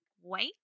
white